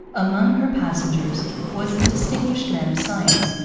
among her passengers was the distinguished man of science,